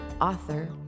Author